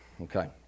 Okay